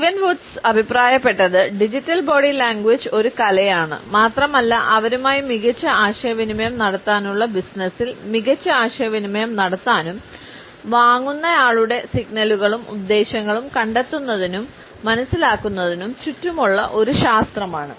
Steven Woods അഭിപ്രായപ്പെട്ടത് digital body language ഒരു കലയാണ് മാത്രമല്ല അവരുമായി മികച്ച ആശയവിനിമയം നടത്താനുള്ള ബിസിനസ്സിൽ മികച്ച ആശയവിനിമയം നടത്താനും വാങ്ങുന്നയാളുടെ സിഗ്നലുകളും ഉദ്ദേശ്യങ്ങളും കണ്ടെത്തുന്നതിനും മനസ്സിലാക്കുന്നതിനും ചുറ്റുമുള്ള ഒരു ശാസ്ത്രമാണ്